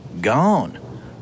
Gone